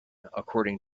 according